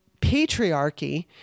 patriarchy